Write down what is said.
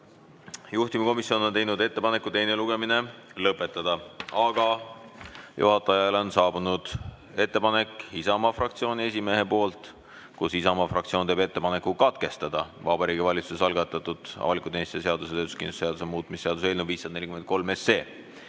Juhtivkomisjon on teinud ettepaneku teine lugemine lõpetada, aga juhatajale on saabunud ettepanek Isamaa fraktsiooni esimehelt: Isamaa fraktsioon teeb ettepaneku katkestada Vabariigi Valitsuse algatatud avaliku teenistuse seaduse ja töötuskindlustuse seaduse muutmise seaduse eelnõu 543.